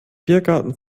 biergarten